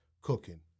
cooking